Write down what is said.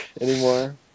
anymore